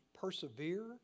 persevere